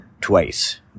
Twice